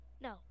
No